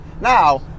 Now